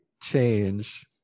change